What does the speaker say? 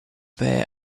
there